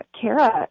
Kara